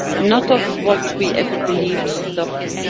not of what we ever believed of.